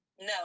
No